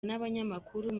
n’abanyamakuru